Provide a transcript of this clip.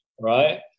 Right